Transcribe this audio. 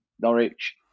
Norwich